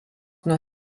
nuo